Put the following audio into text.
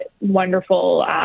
wonderful